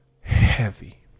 heavy